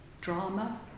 drama